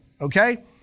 okay